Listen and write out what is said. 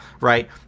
right